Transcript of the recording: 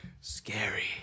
Scary